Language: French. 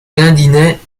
gindinet